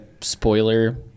spoiler